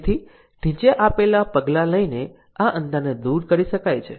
તેથી નીચે આપેલા પગલાં લઈને આ અંતરને દૂર કરી શકાય છે